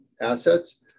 assets